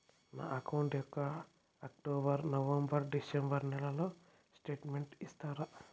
నా అకౌంట్ యొక్క October, November, December నెలల స్టేట్మెంట్ ఇస్తారా?